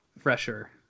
fresher